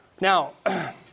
now